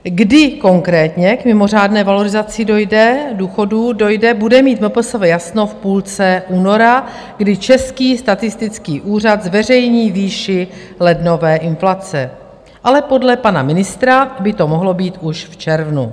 Kdy konkrétně k mimořádné valorizaci důchodů dojde, bude mít MPSV jasno v půlce února, kdy Český statistický úřad zveřejní výši lednové inflace, ale podle pana ministra by to mohlo být už v červnu.